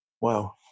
Wow